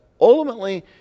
ultimately